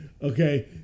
Okay